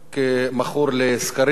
כמכור לסקרים,